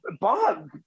Bob